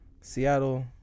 Seattle